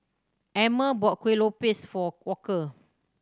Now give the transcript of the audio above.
Emmer bought Kueh Lopes for Walker